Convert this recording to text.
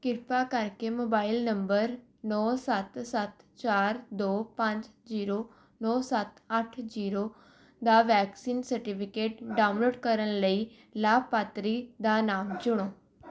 ਕਿਰਪਾ ਕਰਕੇ mobile number ਨੌ ਸੱਤ ਸੱਤ ਚਾਰ ਦੋ ਪੰਜ ਜ਼ੀਰੋ ਨੌ ਸੱਤ ਅੱਠ ਜ਼ੀਰੋ ਦਾ ਵੈਕਸੀਨ ਸਰਟੀਫਿਕੇਟ ਡਾਊਨਲੋਡ ਕਰਨ ਲਈ ਲਾਭਪਾਤਰੀ ਦਾ ਨਾਮ ਚੁਣੋ